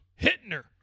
Hittner